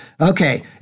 Okay